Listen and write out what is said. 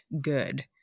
good